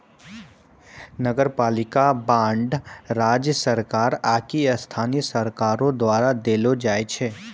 नगरपालिका बांड राज्य सरकार आकि स्थानीय सरकारो द्वारा देलो जाय छै